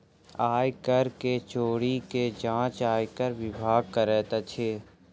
आय कर के चोरी के जांच आयकर विभाग करैत अछि